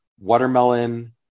watermelon